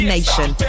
Nation